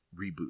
reboot